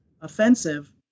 offensive